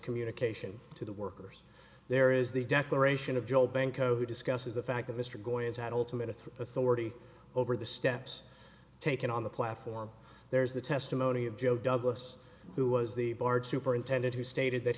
communication to the workers there is the declaration of job banco discusses the fact that mr going as had ultimate authority over the steps taken on the platform there is the testimony of joe douglas who was the bard superintendent who stated that